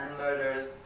murders